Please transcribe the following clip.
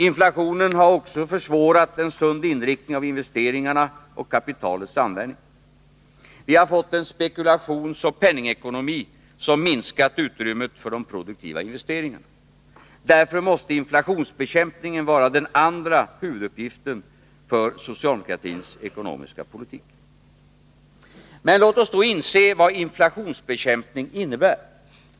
Inflationen har också försvårat en sund inriktning av investeringarna och kapitalets användning. Vi har fått en spekulationsoch penningekonomi som minskat utrymmet för de produktiva investeringarna. Därför måste inflationsbekämpningen vara den andra huvuduppgiften för socialdemokratins ekonomiska politik. Men låt oss då inse vad inflationsbekämpning innebär.